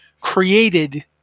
created